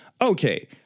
Okay